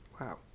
wow